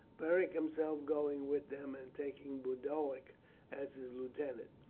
beric himself going with them, and taking boduoc as his lieutenant.